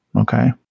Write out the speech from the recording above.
Okay